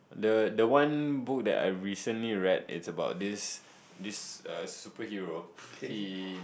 the the one book that I recently read is about this this uh superhero he